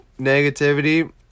negativity